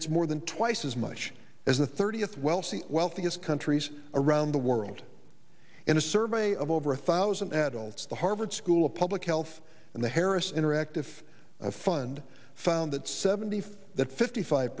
it's more than twice as much as the thirtieth wealthy wealthiest countries around the world in a survey of over a thousand adults the harvard school of public health and the harris interactive fund found that seventy five that fifty five